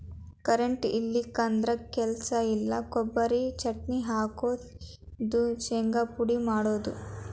current ಇಲ್ಲಿಕಂದ್ರ ಕೆಲಸ ಇಲ್ಲಾ, ಕೊಬರಿ ಚಟ್ನಿ ಹಾಕುದು, ಶಿಂಗಾ ಪುಡಿ ಮಾಡುದು